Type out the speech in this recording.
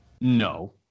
no